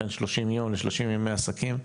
משלושים ימי עסקים,